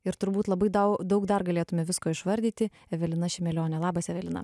ir turbūt labai tau daug dar galėtume visko išvardyti evelina šimelione labas evelina